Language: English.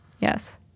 yes